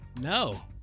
No